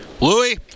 Louis